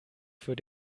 für